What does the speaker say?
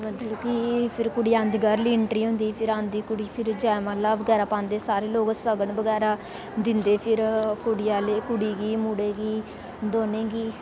फिर कुड़ी आंदी बाहरली इंट्री होंदी फिर आंदी कुड़ी जयमाला बगैरा पांदे सारे लोग सगन बगैरा दिंदे फर कुड़ी आहले कुड़ी गी मुड़े गी दौनें गी